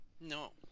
no